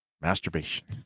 Masturbation